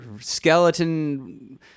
Skeleton